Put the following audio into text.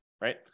right